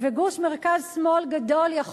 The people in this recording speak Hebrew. וגוש מרכז שמאל גדול.